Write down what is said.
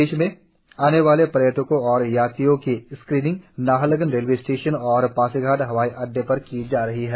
प्रदेश में आने वाले पर्यटकों और यात्रियों की स्क्रीनिंग नाहरलाग्न रेलवे स्टेशन और पासीघाट हवाई अड्डे पर की जा रही है